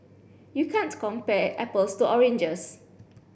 you can't compare apples to oranges